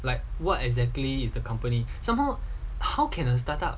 like what exactly is the company somehow how can a start up